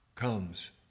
Comes